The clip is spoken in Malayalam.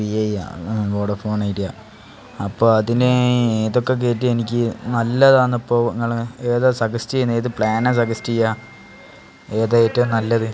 വിഐ ആണ് വോഡഫോൺ ഐഡിയ അപ്പോൾ അതിന് ഏതൊക്കെ കയറ്റിയാൽ എനിക്ക് നല്ലത് ആണപ്പോൾ നിങ്ങൾ ഏതാണ് സജസ്റ്റ് ചെയ്യുന്നത് ഏത് പ്ലാനാണ് സജസ്റ്റെ് ചെയ്യുക ഏതാണ് ഏറ്റവും നല്ലത്